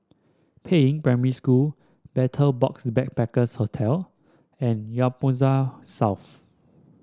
Peiying Primary School Betel Box Backpackers Hostel and Whampoa South